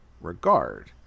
regard